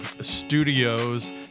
Studios